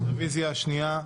הרביזיה השנייה,